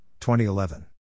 2011